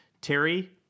terry